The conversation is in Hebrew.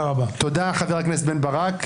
תודה, חבר הכנסת בן ברק.